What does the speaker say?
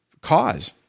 cause